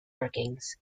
workings